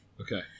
Okay